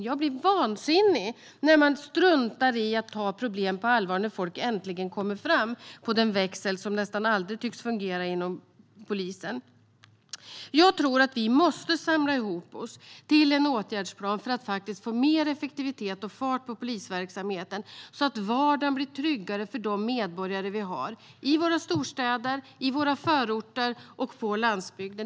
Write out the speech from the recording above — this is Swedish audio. Jag blir vansinnig när man struntar i att ta problem på allvar när folk äntligen kommer fram i den växel som nästan aldrig tycks fungera inom polisen. Jag tror att vi måste samla ihop oss till en åtgärdsplan för att få mer effektivitet och fart på polisverksamheten så att vardagen blir tryggare för våra medborgare i storstäderna och förorterna och på landsbygden.